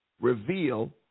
Reveal